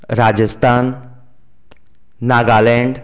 Rajasthan Nagaland